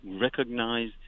recognize